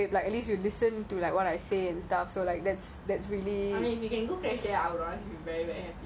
like moderately I mean